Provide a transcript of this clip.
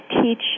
teach